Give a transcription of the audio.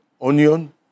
onion